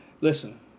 Listen